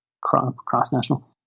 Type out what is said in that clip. cross-national